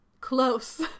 close